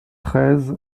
treize